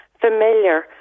familiar